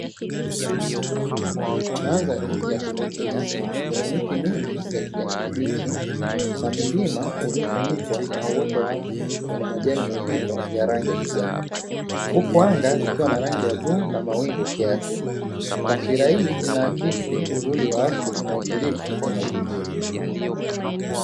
Mandhari ya kuvutia yenye miti mingi ya kijani kibichi na milima uliofunikwa na uoto wa asili wenye majani mazito ya rangi ya kijani huku anga likiwa na rangi ya bluu na mawingu kiasi, taswira hii inaakisi uzuri wa asili na utulivu wa mazingira.